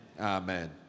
amen